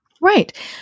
Right